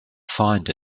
find